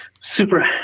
super